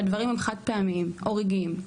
שהדברים הם חד פעמיים או רגעיים.